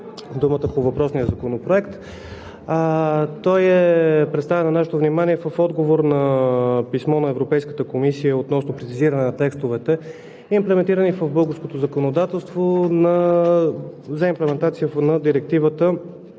думата по въпросния законопроект. Той е представен на нашето внимание в отговор на писмо на Европейската комисия относно прецизиране на текстовете, имплементирани в българското законодателство за имплементация на Директивата